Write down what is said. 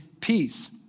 peace